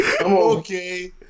Okay